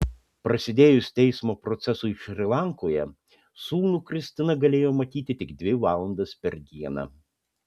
prasidėjus teismo procesui šri lankoje sūnų kristina galėjo matyti tik dvi valandas per dieną